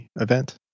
event